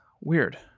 Weird